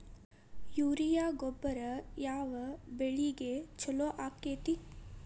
Urea ಗೊಬ್ಬರ ಯಾವ ಬೆಳಿಗೆ ಛಲೋ ಆಕ್ಕೆತಿ?